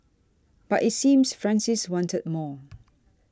but it seems Francis wanted more